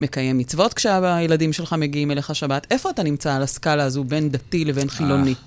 מקיים מצוות כשאבא, הילדים שלך מגיעים אליך השבת. איפה אתה נמצא על הסקאלה הזו בין דתי לבין חילוני?